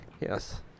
Yes